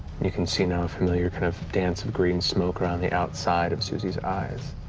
you can see now a familiar kind of dance of green smoke around the outside of suzie's eyes.